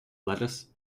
lettuce